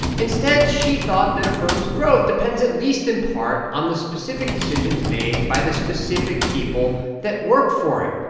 instead, she thought that a firm's growth depends, at least in part, on the specific decisions made by the specific people that worked for it.